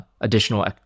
additional